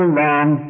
long